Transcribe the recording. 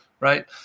right